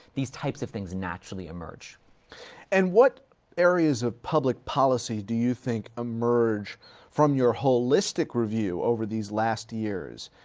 these types of things naturally emerge. heffner and what areas of public policy do you think emerge from your holistic review over these last years,